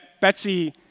Betsy